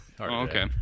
okay